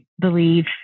believe